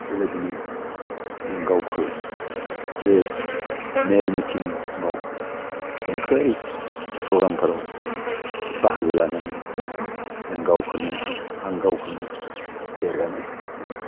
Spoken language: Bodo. बेबादिनो जों गावखो बे मेल मिथिङाव देंखोआरि प्रग्रामफोराव बाहागो लानानै जों गावखौनो आं गावखौनो देरगानाय मोनो